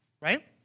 right